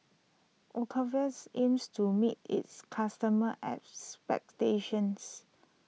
Ocuvite aims to meet its customers' back stations